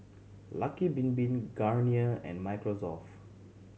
Lucky Bin Bin Garnier and Microsoft